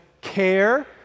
care